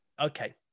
okay